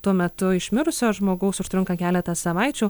tuo metu iš mirusio žmogaus užtrunka keletą savaičių